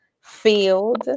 field